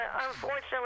unfortunately